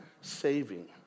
saving